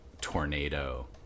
tornado